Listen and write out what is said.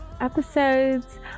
episodes